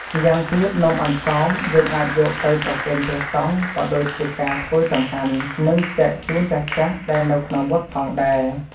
ម្យ៉ាងទៀត នំអន្សម យើងអាចយកទៅប្រគេនព្រះសង្ឃ ក៏ដូចជាការធ្វើចង្ហាន និងចែនជូនចាស់ៗដែលនៅក្នុងវត្តផងដែរ។